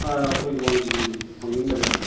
ꯑꯥ ꯑꯩꯈꯣꯏ ꯋꯥꯡꯖꯤꯡꯁꯦ ꯋꯥꯡꯖꯤꯡ ꯕꯖꯥꯔꯅꯤ